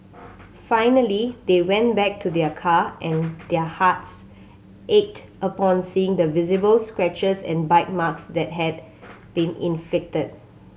finally they went back to their car and their hearts ached upon seeing the visible scratches and bite marks that had been inflicted